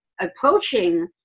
approaching